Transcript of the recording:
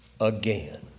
again